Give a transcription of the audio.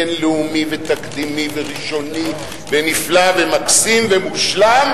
בין-לאומי ותקדימי וראשוני ונפלא ומקסים ומושלם